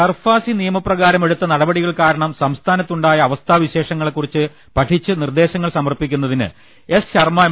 SARFAESI നിയമ പ്രകാരം എടുത്ത നടപടികൾ കാ രണം സംസ്ഥാനത്ത് ഉണ്ടായ അവസ്ഥാ വിശേഷങ്ങളെ കുറിച്ച് പഠിച്ച് നിർദ്ദേശങ്ങൾ സമർപ്പിക്കുന്നതിനായി എ സ് ശർമ്മ എം